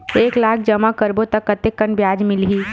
एक लाख जमा करबो त कतेकन ब्याज मिलही?